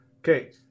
Okay